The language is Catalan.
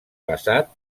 basat